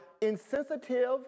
insensitive